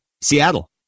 Seattle